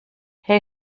hey